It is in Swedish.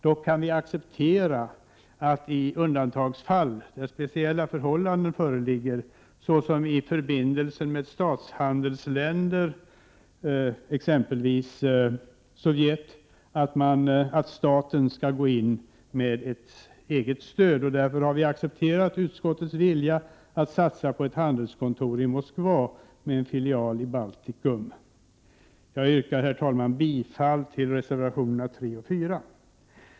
Dock kan vi acceptera att när speciella förhållanden föreligger, såsom i förbindelse med statshandelsländer, som Sovjet, kan staten behöva gå in med stöd. Därför har vi accepterat utskottets vilja att satsa på ett handelskontor i Moskva med filial i Baltikum. Jag yrkar bifall till reservationerna 3 och 4.